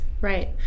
right